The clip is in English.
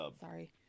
sorry